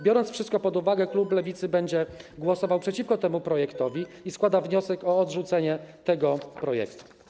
Biorąc wszystko pod uwagę, klub Lewicy będzie głosował przeciwko temu projektowi i składa wniosek o odrzucenie tego projektu.